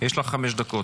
יש לך חמש דקות,